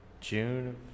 June